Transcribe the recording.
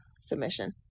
submission